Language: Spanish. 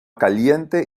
caliente